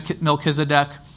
Melchizedek